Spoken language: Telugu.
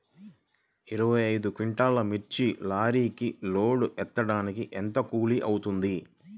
ఇరవై ఐదు క్వింటాల్లు మిర్చి లారీకి లోడ్ ఎత్తడానికి ఎంత కూలి అవుతుంది?